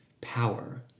power